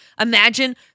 Imagine